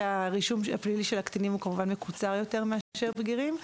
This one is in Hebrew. הרישום הפלילי של הקטינים מקוצר יותר מאשר זה של המבוגרים.